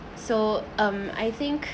so um I think